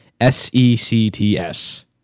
S-E-C-T-S